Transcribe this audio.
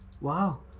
Wow